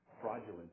fraudulent